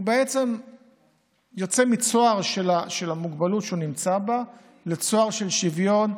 הוא יוצא מהצוהר של המוגבלות שהוא נמצא בה לצוהר של שוויון,